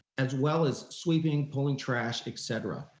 as well as sweeping, pulling trash, et cetera,